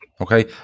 Okay